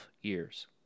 years